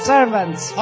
Servants